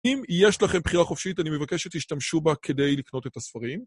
אם יש לכם בחירה חופשית, אני מבקש שתשתמשו בה כדי לקנות את הספרים.